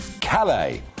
Calais